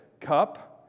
cup